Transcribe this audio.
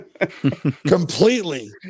Completely